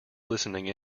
listening